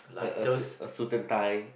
a a suited tie